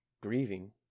grieving